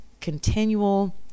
continual